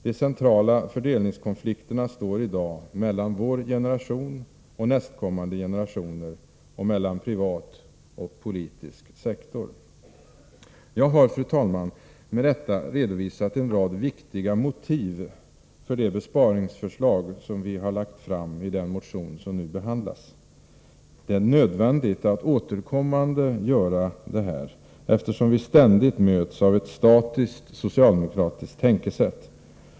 De centrala fördelningskonflikterna står i dag mellan vår generation och nästkommande generationer och mellan privat och politisk sektor. Jag har, fru talman, med detta redovisat en rad viktiga motiv för de besparingsförslag som vi har lagt fram i vår besparingsmotion som nu behandlas. Det är nödvändigt att återkommande göra detta, eftersom vi ständigt möts av ett statiskt socialdemokratiskt tänkesätt.